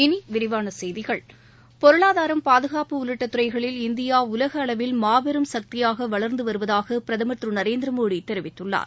இனி விரிவான செய்திகள் பொருளாதாரம் பாதுகாப்பு உள்ளிட்ட துறைகளில் இந்தியா உலகளவில் மாபெரும் சக்தியாக வளர்ந்து வருவதாக பிரதமர் திரு நரேந்திர மோடி தெரிவித்துள்ளார்